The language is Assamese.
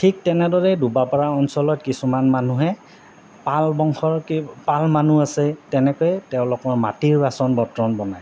ঠিক তেনেদৰেই দুবা পাৰা অঞ্চলত কিছুমান মানুহে পাল বংশৰ পাল মানুহ আছে তেনেকৈ তেওঁলোকৰ মাটিৰ বাচন বৰ্তন বনায়